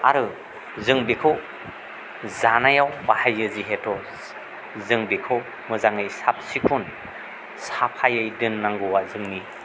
आरो जों बेखौ जानायाव बाहायो जिहैथ' जों बेखौ मोजाङै साबसिखन साफायै दोननांगौआ जोंनि